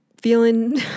feeling